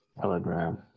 telegram